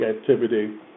activity